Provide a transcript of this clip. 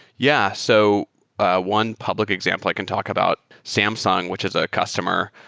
yeah. so ah one public example i can talk about, samsung, which is a customer,